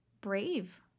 brave